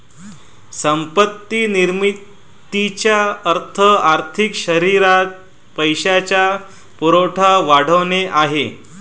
संपत्ती निर्मितीचा अर्थ आर्थिक शरीरात पैशाचा पुरवठा वाढवणे आहे